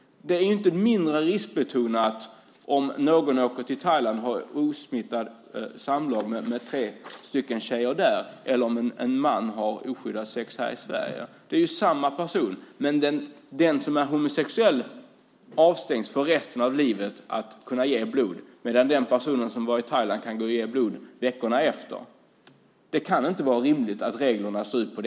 Det är inte mindre riskbetonat om en man åker till Thailand och har oskyddat samlag med tre tjejer där än om en man har oskyddat sex här i Sverige. Det är samma person. Den som är homosexuell avstängs för resten av livet från att ge blod, medan den person som har varit i Thailand kan ge blod veckorna efter. Det kan inte vara rimligt att reglerna ser ut så.